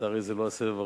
לצערי, זה לא הסבב הראשון,